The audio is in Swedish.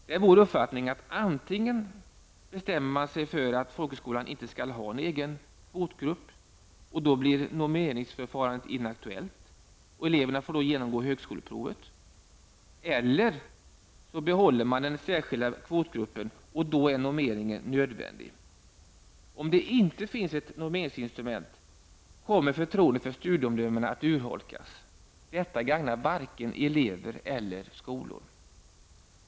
Det är vår uppfattning, att antingen bestämmer man sig för att folkhögskolan inte skall ha en egen kvotgrupp, och då blir nomineringsförfarandet inaktuellt och eleverna får genomgå högskoleprovet, eller så behåller man den särskilda kvotgruppen, och då är normeringen nödvändig. Om det inte finns ett normeringsinstrument kommer förtroendet för studieomdömena att urholkas. Detta gagnar varken elever eller skolor.